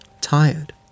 tired